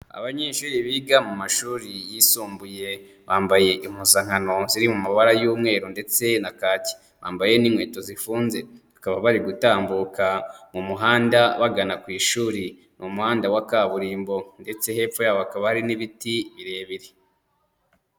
Abanyeshuri biga mu mashuri yisumbuye, bambaye impuzankano ziri mu mabara y'umweru ndetse na kake bambaye n'inkweto zifunze bakaba bari gutambuka mu muhanda bagana ku ishuri, ni umuhanda wa kaburimbo ndetse hepfo yawo hakaba hari n'ibiti birebire.